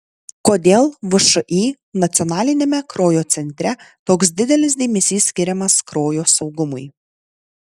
kodėl všį nacionaliniame kraujo centre toks didelis dėmesys skiriamas kraujo saugumui